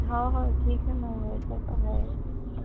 ہاں ہاں ٹھیک ہے میم ویسا تو ہے